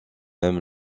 mêmes